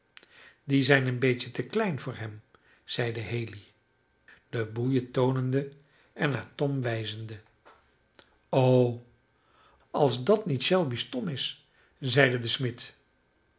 die zijn een beetje te klein voor hem zeide haley de boeien toonende en naar tom wijzende o als dat niet shelby's tom is zeide de smid